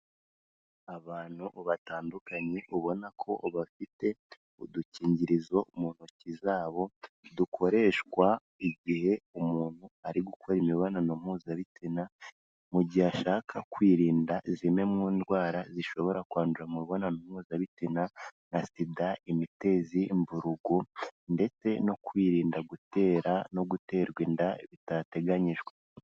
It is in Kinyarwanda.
Abantu batandukanye ubona ko bafite udukingirizo mu ntoki zabo, dukoreshwa igihe umuntu ari gukora imibonano mpuzabitsina, mu gihe ashaka kwirinda zimwe mu ndwara zishobora kwandura mu mibonano mpuzabitsina nka SIDA, Imitezi, Mburugu ndetse no kwirinda gutera no guterwa inda bitateganyijwe.